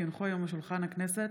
כי הונחו היום על שולחן הכנסת,